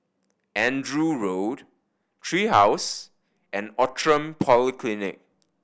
Andrew Road Tree House and Outram Polyclinic